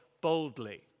boldly